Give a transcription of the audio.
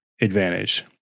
advantage